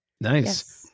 Nice